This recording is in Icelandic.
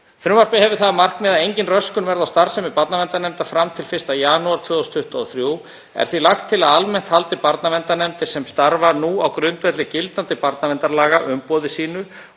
Frumvarpið hefur það að markmiði að engin röskun verði á starfsemi barnaverndarnefnda fram til 1. janúar 2023. Er því lagt til að almennt haldi barnaverndarnefndir sem starfa nú á grundvelli gildandi barnaverndarlaga umboði sínu